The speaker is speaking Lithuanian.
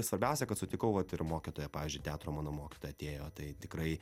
svarbiausia kad sutikau vat ir mokytoją pavyzdžiui teatro mano mokytoja atėjo tai tikrai